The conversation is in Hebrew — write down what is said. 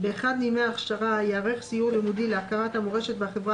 באחד מימי ההכשרה ייערך סיור לימודי להכרת המורשת והחברה